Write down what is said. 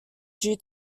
due